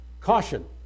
caution